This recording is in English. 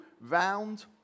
round